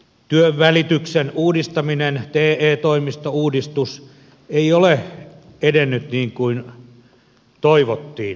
työnvälityksen uudistaminen te toimistouudistus ei ole edennyt niin kuin toivottiin